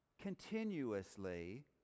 continuously